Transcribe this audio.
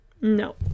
No